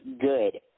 good